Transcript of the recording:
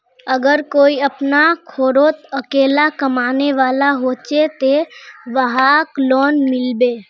अगर कोई अपना घोरोत अकेला कमाने वाला होचे ते वहाक लोन मिलबे?